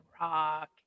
rock